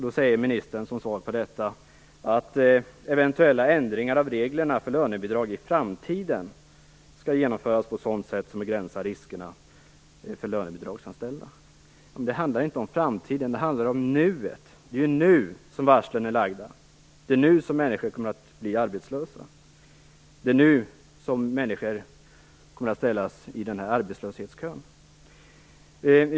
Ministern kommenterar detta med att säga att eventuella ändringar av reglerna för lönebidrag i framtiden skall genomföras på ett sätt som begränsar riskerna för lönebidragsanställda. Men det handlar inte om framtiden - det är ju nu som varslen är lagda! Det är nu som människor kommer att bli arbetslösa och ställas i arbetslöshetskön.